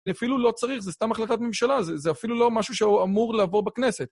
אפילו לא צריך, זה סתם החלטת ממשלה, זה אפילו לא משהו שהוא אמור לעבור בכנסת.